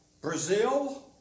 Brazil